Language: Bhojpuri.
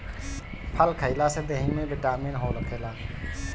फल खइला से देहि में बिटामिन होखेला